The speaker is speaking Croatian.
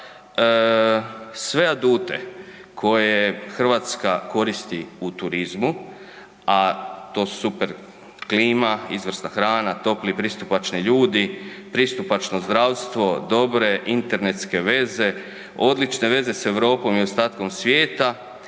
Sve adute koje Hrvatska koristi u turizmu, a to super klima, izvrsna hrana, topli i pristupačni ljudi, pristupačno zdravstvo, dobre internetske veze, odlične veze s Europom i ostatkom svijeta